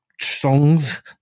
songs